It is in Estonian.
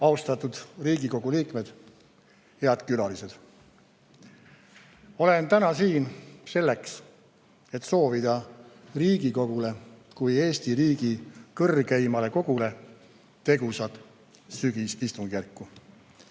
Austatud Riigikogu liikmed! Head külalised! Olen täna siin selleks, et soovida Riigikogule kui Eesti riigi kõrgeimale kogule tegusat sügisistungjärku.